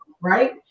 right